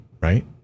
right